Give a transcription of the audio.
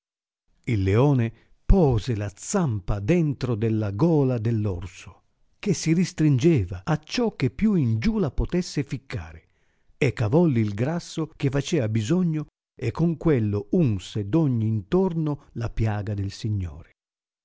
il leone pose la zampa dentro della gola dell orso che si ristringeva acciò che più in giù la potesse ficcare e cavolli il grasso che facea bisogno e con quello unse d ogni i intorno la piaga del signore